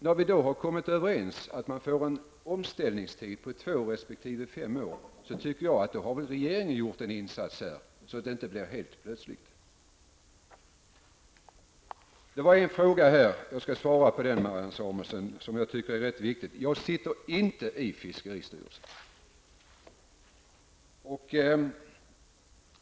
När vi då har kommit överens om att sockerbruken skall få en omställningstid på två resp. fem år, tycker jag att regeringen har gjort en insats så att detta inte sker helt plötsligt. Jag skall svara på en fråga från Marianne Samuelsson som jag tycker var ganska viktig. Jag sitter inte i fiskeristyrelsen.